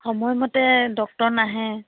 সময়মতে ডক্তৰ নাহে